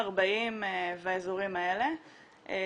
40 והאזורים האלה,